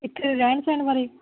ਇੱਥੇ ਰਹਿਣ ਸਹਿਣ ਬਾਰੇ